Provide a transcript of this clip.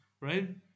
right